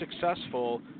successful